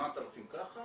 8,000 ככה